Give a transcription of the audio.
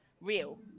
Real